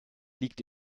liegt